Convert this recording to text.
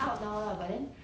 is it horror